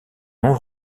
nom